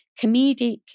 comedic